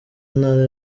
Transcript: ntara